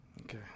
Okay